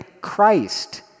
Christ